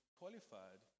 qualified